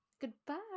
Goodbye